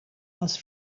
els